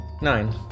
nine